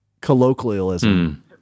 colloquialism